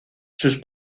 sus